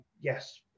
yes